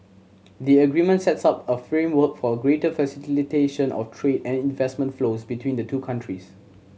the agreement sets up a framework for a greater facilitation of trade and investment flows between the two countries